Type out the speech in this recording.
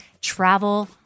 travel